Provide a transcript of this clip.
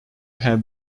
have